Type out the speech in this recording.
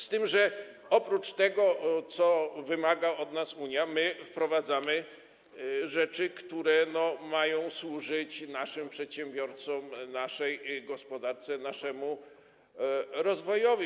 Z tym że oprócz tego, czego wymaga od nas Unia, wprowadzamy rzeczy, które mają służyć naszym przedsiębiorcom, naszej gospodarce, naszemu rozwojowi.